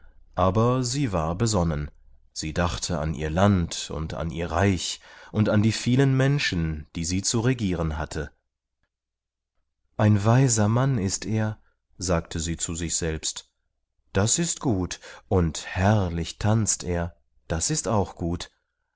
aber sie war besonnen sie dachte an ihr land und an ihr reich und an die vielen menschen die sie zu regieren hatte ein weiser mann ist er sagte sie zu sich selbst das ist gut und herrlich tanzt er das ist auch gut